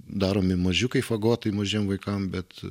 daromi mažiukai fagotai mažiem vaikam bet